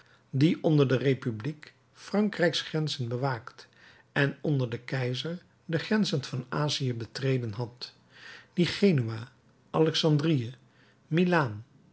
die onder de republiek frankrijks grenzen bewaakt en onder den keizer de grenzen van azië betreden had die genua alexandrië milaan